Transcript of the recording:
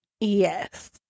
yes